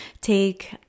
take